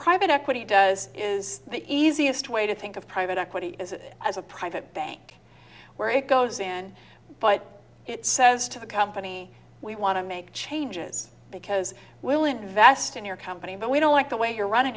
private equity does is the easiest way to think of private equity is it as a private bank where it goes in but it says to the company we want to make changes because we'll invest in your company but we don't like the way you're running